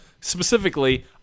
specifically